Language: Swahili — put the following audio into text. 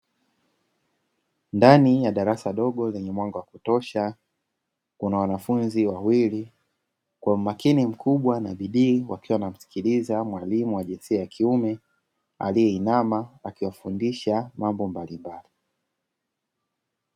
Ndani ya darasa dogo lenye mwanga wa kutosha, kuna wanafunzi wawili kwa umakini mkubwa na bidii wakiwa wanamsikiliza mwalimu wa jinsia ya kiume, aliyeinama akiwafundisha mambo mbalimbali.